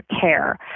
care